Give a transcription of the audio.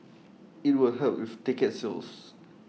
IT will help with ticket sales